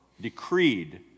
decreed